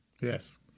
Yes